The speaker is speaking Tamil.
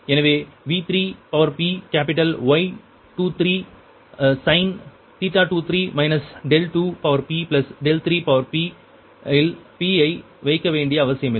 எனவே V3p capital Y23 sin 23 2p3p இல் p ஐ வைக்க வேண்டிய அவசியமில்லை